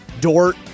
Dort